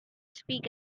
speak